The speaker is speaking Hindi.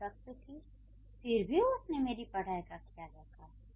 वह सख्त थीं फिर भी उसने मेरी पढ़ाई का खयाल रखा